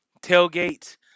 tailgate